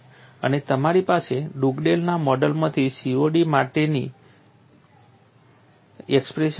અને તમારી પાસે ડુગડેલના મોડેલમાંથી COD માટેની એક્સપ્રેશન પણ છે